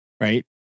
right